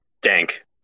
dank